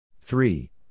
Three